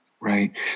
right